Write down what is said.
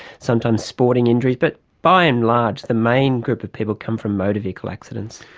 sometimes sporting injuries, but by and large the main group of people come from motor vehicle accidents.